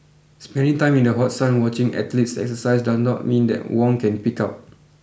spending time in the hot sun watching athletes exercise does not mean that Wong can pig out